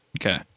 Okay